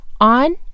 on